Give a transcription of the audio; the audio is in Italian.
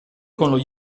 con